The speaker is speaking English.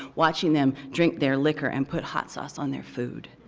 watching them drink their liquor and put hot sauce on their food.